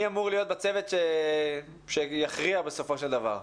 מי אמור להיות בצוות שיכריע בסופו של דבר.